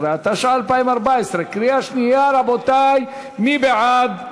16), התשע"ה 2014, קריאה שנייה, רבותי, מי בעד?